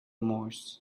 moors